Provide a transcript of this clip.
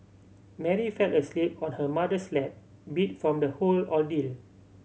Mary fell asleep on her mother's lap beat from the whole ordeal